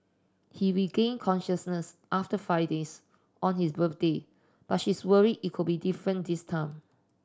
he regained consciousness after five days on his birthday but she is worried it could be different this time